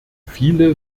viele